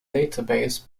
database